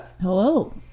Hello